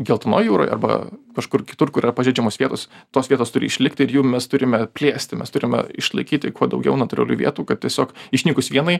geltonoj jūroj arba kažkur kitur kur yra pažeidžiamos vietos tos vietos turi išlikti ir jų mes turime plėsti mes turime išlaikyti kuo daugiau natūralių vietų kad tiesiog išnykus vienai